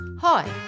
hi